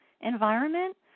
environment